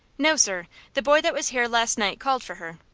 no, sir the boy that was here last night called for her.